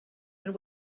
and